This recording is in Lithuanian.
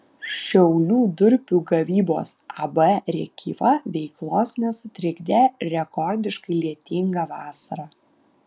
šiaulių durpių gavybos ab rėkyva veiklos nesutrikdė rekordiškai lietinga vasara